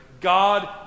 God